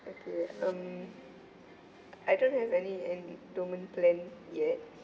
okay um I don't have any endowment plan yet